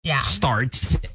start